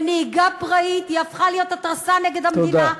ונהיגה פראית הפכה להיות התרסה נגד המדינה.